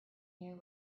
year